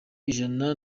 ijana